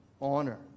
honor